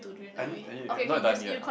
I need I need I'm not done yet